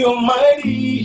Almighty